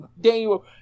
Daniel